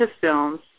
films